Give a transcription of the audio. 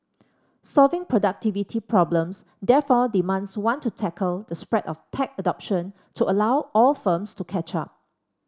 solving productivity problems therefore demands one to tackle the spread of tech adoption to allow all firms to catch up